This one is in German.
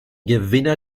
gewinner